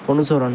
অনুসরণ